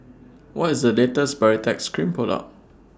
What IS The latest Baritex Cream Product